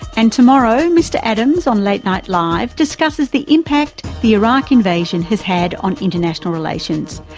and tomorrow mr adams on late night live discusses the impact the iraq invasion has had on international relations.